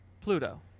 Pluto